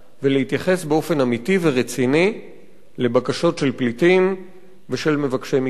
ולהתייחס באופן אמיתי ורציני לבקשות של פליטים ומבקשי מקלט.